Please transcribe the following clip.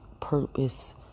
purpose